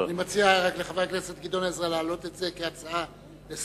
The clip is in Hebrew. אני מציע לחבר הכנסת גדעון עזרא להעלות את זה כהצעה לסדר-יום,